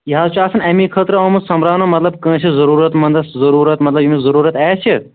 یہِ حظ چھُ آسان اَمی خظرٕ آمُت سوٚمبٕراونہٕ مطلب کٲنٛسہِ ضرٗورت منٛدس ضرٗورت مطلب یٔمِس ضرٗورت آسہِ